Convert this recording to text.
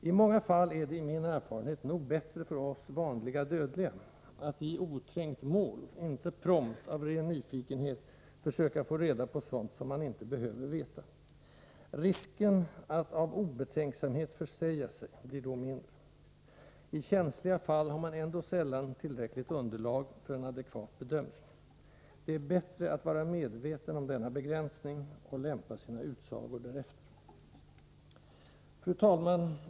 I många fall är det enligt min erfarenhet nog bättre för oss vanliga dödliga att, i oträngt mål, inte prompt av ren nyfikenhet försöka få reda på sådant som man inte behöver veta. Risken att av obetänksamhet försäga sig blir då mindre. I känsliga fall har man ändå sällan tillräckligt underlag för en adekvat bedömning. Det är bättre att vara medveten om denna begränsning och lämpa sina utsagor därefter. Fru talman!